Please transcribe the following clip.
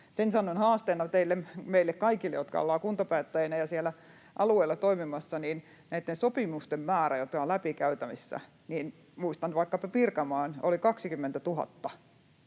Sen sanon haasteena meille kaikille, jotka ollaan kuntapäättäjänä ja siellä alueella toimimassa, että näitten sopimusten määrä, jotka ovat läpi käytävissä — muistan vaikkapa Pirkanmaan: oli yhdellä